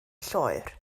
lloer